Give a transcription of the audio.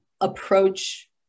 approach